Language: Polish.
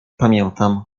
pamiętam